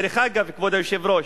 דרך אגב, כבוד היושב-ראש,